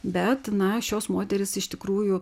bet na šios moterys iš tikrųjų